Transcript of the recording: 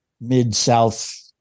mid-south